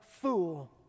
fool